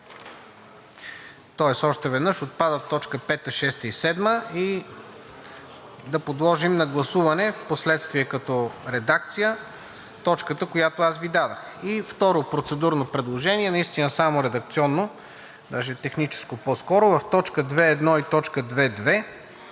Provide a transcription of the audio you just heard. Тоест още веднъж, отпадат т. 5, 6 и 7 и да подложим на гласуване, впоследствие като редакция, точката, която аз Ви дадох. И второ процедурно предложение, наистина само редакционно, даже по-скоро техническо – в т. 2.1 и т. 2.2